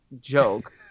joke